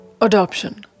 Adoption